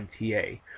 MTA